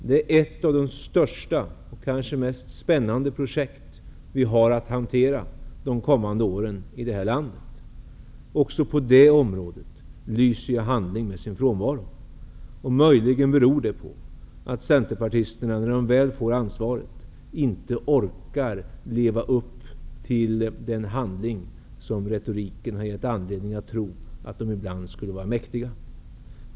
Det är ett av de största och kanske mest spännande projekt vi i det här landet har att hantera under de kommande åren. Också på det området lyser ju handling med sin frånvaro. Möjligen beror det på att centerpartisterna när de väl får ansvaret inte orkar leva upp till den handling som retoriken har gett anledning att tro att de ibland skulle vara mäktiga.